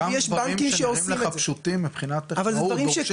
גם דברים שנראים לך פשוטים מבחינה טכנולוגית דורשים